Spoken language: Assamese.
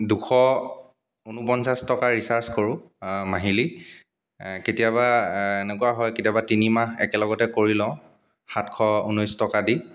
দুশ ঊনপঞ্চাছ টকা ৰিচাৰ্জ কৰোঁ মাহিলি কেতিয়াবা এনেকুৱা হয় কেতিয়াবা তিনিমাহ একেলগতে কৰি লওঁ সাতশ ঊনৈছ টকা দি